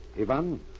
Ivan